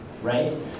Right